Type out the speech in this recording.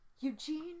Eugene